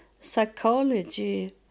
psychology